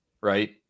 Right